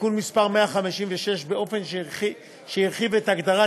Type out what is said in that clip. (תיקון מס׳ 156) באופן שהרחיב את הגדרת